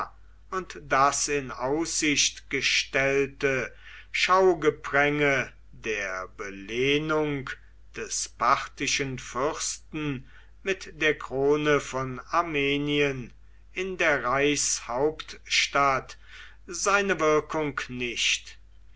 und das in aussicht gestellte schaugepränge der belehnung des parthischen fürsten mit der krone von armenien in der reichshauptstadt seine wirkung nicht